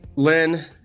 Lynn